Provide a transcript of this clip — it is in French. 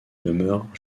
demeures